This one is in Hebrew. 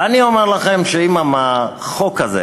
ואני אומר לכם שאם החוק הזה,